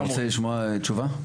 אתה רוצה לשמוע תשובה?